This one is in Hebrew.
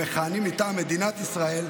המכהנים מטעם מדינת ישראל,